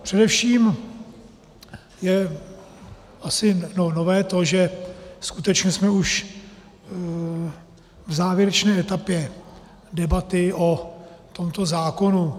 Především je asi nové to, že skutečně jsme už v závěrečné etapě debaty o tomto zákonu.